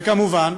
וכמובן,